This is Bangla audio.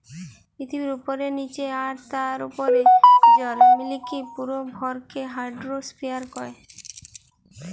পৃথিবীর উপরে, নীচে আর তার উপরের জল মিলিকি পুরো ভরকে হাইড্রোস্ফিয়ার কয়